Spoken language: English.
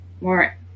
more